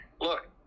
look